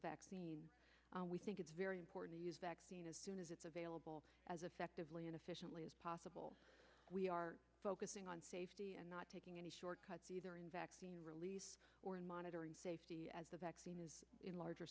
vaccine we think it's very important to use that as soon as it's available as effectively and efficiently as possible we are focusing on safety and not taking any shortcuts either in vaccine release or in monitoring safety as the vaccine is in larger